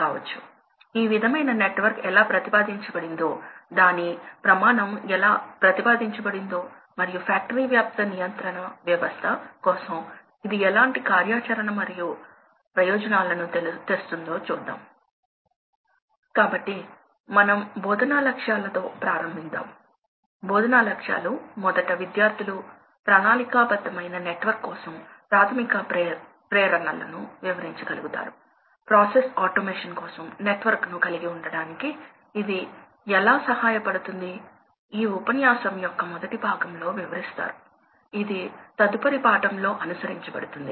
కాబట్టి ప్రవాహం గ్యాస్ లేదా లిక్విడ్ గా ఉంటుంది తదనుగుణంగా మనకు ఫాన్స్ లేదా బ్లోయర్స్ అని పిలువబడేవి ఉన్నాయి లేదా మనకు పంపులు ఉన్నాయి ఫాన్స్ బ్లోయర్స్ మరియు పంపులు ఇవి గణనీయమైన లోడ్ లని కలిగివున్నాయి మరియు ఇవి మోటార్ల ద్వారా నడుపబడుతాయి